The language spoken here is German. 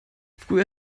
früher